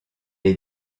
est